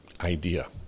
idea